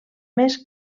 més